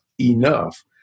enough